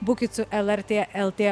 būkit su lrt lt